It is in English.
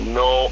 no